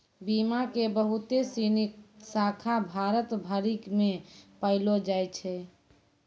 बीमा के बहुते सिनी शाखा भारत भरि मे पायलो जाय छै